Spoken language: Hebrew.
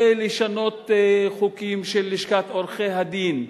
ולשנות חוקים של לשכת עורכי-הדין.